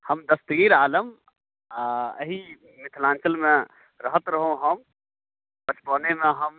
हम बक्सीर आलम अहि मिथिलाञ्चलमे रहैत रहौ हम बचपनेमे हम